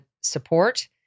support